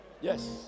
yes